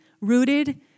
rooted